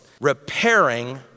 repairing